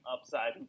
upside